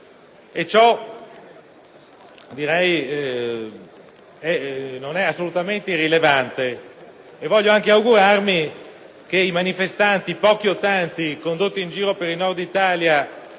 ciò non è assolutamente irrilevante e voglio anche augurarmi che i manifestanti - pochi o tanti - condotti in giro per il Nord Italia